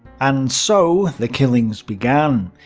and so the killings began.